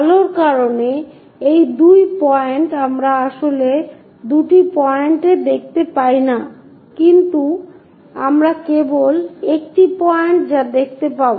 আলোর কারণে এই দুটি পয়েন্ট আমরা আসলে দুটি পয়েন্টে দেখতে পাই না কিন্তু আমরা কেবল একটি পয়েন্ট যা দেখতে পাব